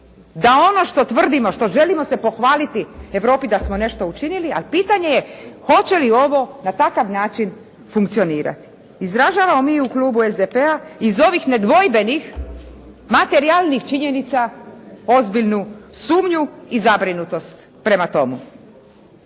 da ono što tvrdimo, što želimo se pohvaliti Europi da smo nešto učinili, ali pitanje je hoće li ovo na takav način funkcionirati. Izražavamo mi u klubu SDP-a iz ovih nedvojbenih materijalnih činjenica ozbiljnu sumnju i zabrinutost prema tomu.